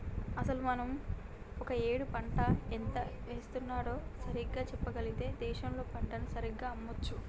అసలు మనం ఒక ఏడు పంట ఎంత వేస్తుందో సరిగ్గా చెప్పగలిగితే దేశంలో పంటను సరిగ్గా అమ్మొచ్చు